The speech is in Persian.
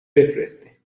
بفرستین